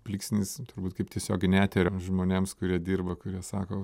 blyksnis turbūt kaip tiesioginio eterio žmonėms kurie dirba kurie sako